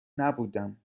نبودم